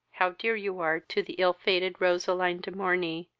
how dear you are to the ill-fated roseline de morney,